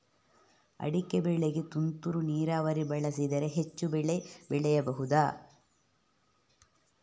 ಅಡಿಕೆ ಬೆಳೆಗೆ ತುಂತುರು ನೀರಾವರಿ ಬಳಸಿದರೆ ಹೆಚ್ಚು ಬೆಳೆ ಬೆಳೆಯಬಹುದಾ?